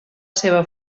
seva